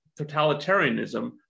totalitarianism